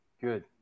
good